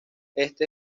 este